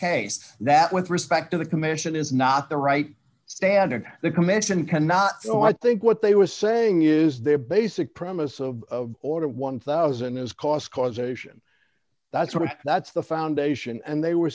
case that with respect to the commission is not the right standard that the commission cannot so i think what they were saying is their basic premise of order one thousand dollars is cost causation that's what that's the foundation and they were